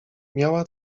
miała